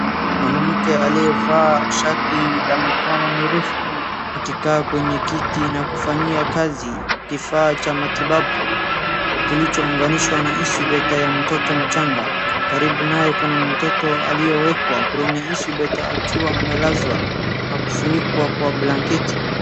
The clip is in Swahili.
Mwanamke aliyevaa shati la mikono mirefu akikaa kwenye kiti na kufanyia kazi kifaaa cha matibabu kilichounganishwa na incubator ya mtoto mchanga, karibu naye kuna mtoto ambaye amewekwa kwenye icubator akiwa amelazwa na kufunikwa kwa blanketi.